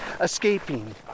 escaping